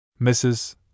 Mrs